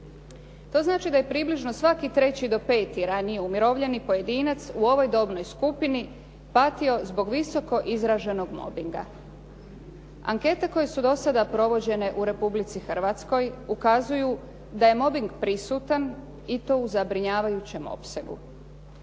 To znači da je približno svaki treći do peti ranije umirovljeni pojedinac u ovoj dobnoj skupini patio zbog visoko izraženog mobinga. Ankete koje su do sada provođenje u Republici Hrvatskoj ukazuju da je mobbing prisutan i to u zabrinjavajućem opsegu.